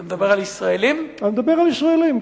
אתה מדבר על ישראלים?